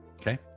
Okay